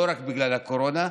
לא רק בגלל הקורונה,